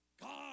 God